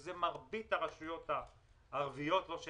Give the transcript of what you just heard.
שזה מרבית הרשויות הערביות יש